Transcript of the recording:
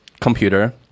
computer